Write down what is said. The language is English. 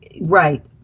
Right